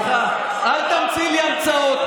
סליחה, אל תמציא לי המצאות.